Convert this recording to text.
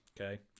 Okay